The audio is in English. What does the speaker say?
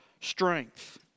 strength